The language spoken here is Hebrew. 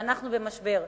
ואנחנו במשבר.